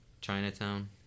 Chinatown